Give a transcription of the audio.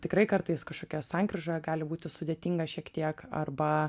tikrai kartais kažkokioje sankryžoje gali būti sudėtinga šiek tiek arba